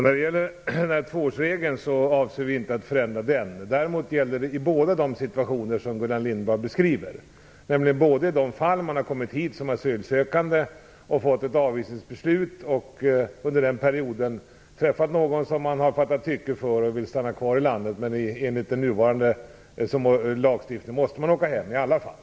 Fru talman! Vi avser inte att förändra tvåårsreglen. Det gäller däremot i båda de situationer som Gullan Lindblad beskriver. Det gäller i det fall man har kommit hit som asylsökande, fått ett avvisningsbeslut och under den perioden träffat någon som man har fattat tycke för och vill stanna kvar i landet. Enligt den nuvarande lagstiftningen måste åka hem i alla fall.